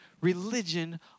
religion